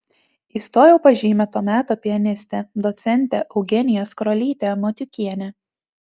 įstojau pas žymią to meto pianistę docentę eugeniją skrolytę matiukienę